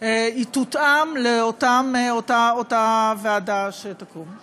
היא תותאם לאותה ועדה שתקום.